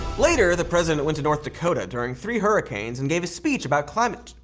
later the president went to north dakota during three hurricanes and gave a speech about climate,